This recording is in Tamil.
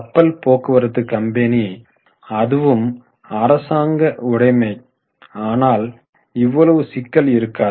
கப்பல் போக்குவரத்து கம்பெனி அதுவும் அரசாங்க உடைமை ஆனால் இவ்வளவு சிக்கல் இருக்காது